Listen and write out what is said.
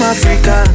Africa